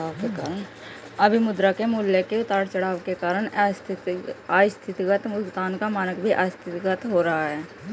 अभी मुद्रा के मूल्य के उतार चढ़ाव के कारण आस्थगित भुगतान का मानक भी आस्थगित हो रहा है